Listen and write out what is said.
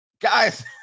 Guys